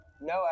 No